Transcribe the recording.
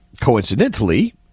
coincidentally